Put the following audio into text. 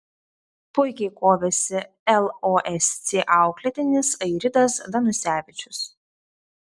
puikiai kovėsi losc auklėtinis airidas danusevičius